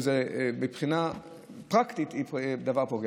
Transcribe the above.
ומבחינה פרקטית זה דבר פוגע.